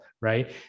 right